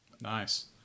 Nice